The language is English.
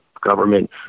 government